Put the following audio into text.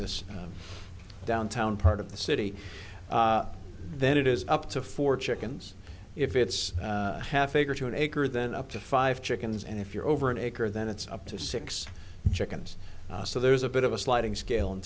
this downtown part of the city then it is up to four chickens if it's half acre to an acre then up to five chickens and if you're over an acre then it's up to six chickens so there's a bit of a sliding scale in